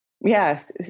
yes